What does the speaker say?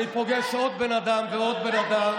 אני פוגש עוד בן אדם ועוד בן אדם,